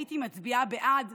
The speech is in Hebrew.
הייתי מצביעה בעד,